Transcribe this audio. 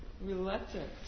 reluctant